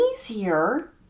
easier